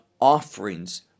offerings